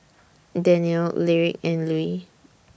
Danniel Lyric and Lue